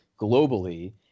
globally –